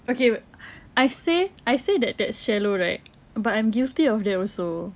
okay I say I say that that's shallow right but I'm guilty of that also